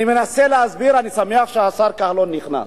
אני מנסה להסביר, אני שמח שהשר כחלון נכנס.